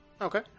Okay